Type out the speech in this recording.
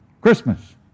Christmas